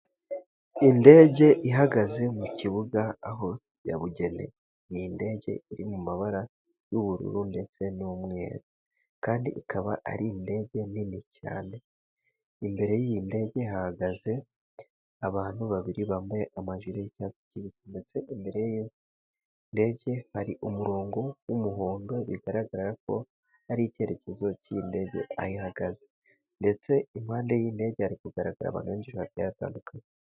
Indege ihagaze mu kibuga aho yabugenewe, ni indege iri mu mabara y'ubururu ndetse n'umweru kandi ikaba ari indege nini cyane, imbere y'iyi ndege hahagaze abantu babiri bambaye amajire y'icyatsi kibisi ndetse imbere y'indege hari umurongo w'umuhondo, bigaragarako ari icyerekezo cy'iyi ndege aho ihagaze, ndetse impande y'iyi ndege hari kugaragara abantu benshi bagiye batandukanye.